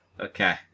Okay